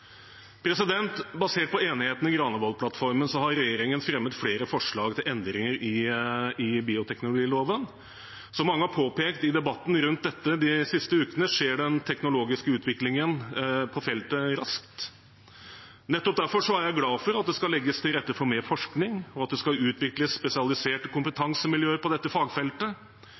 Basert på enigheten i Granavolden-plattformen har regjeringen fremmet flere forslag til endringer i bioteknologiloven. Som mange har påpekt i debatten rundt dette de siste ukene, skjer den teknologiske utviklingen på feltet raskt. Nettopp derfor er jeg glad for at det skal legges til rette for mer forskning, og at det skal utvikles spesialiserte kompetansemiljøer på dette fagfeltet.